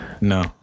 no